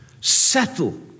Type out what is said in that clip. settle